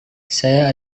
saya